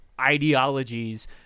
ideologies